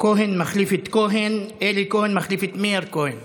כהן מחליף את כהן, אלי כהן מחליף את מאיר כהן